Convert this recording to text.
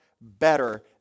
better